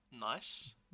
nice